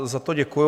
Za to děkuju.